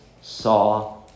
saw